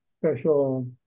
special